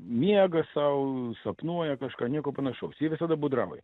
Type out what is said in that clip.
miega sau sapnuoja kažką nieko panašaus jie visada būdrauja